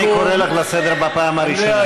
אני קורא אותך לסדר פעם ראשונה.